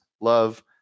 love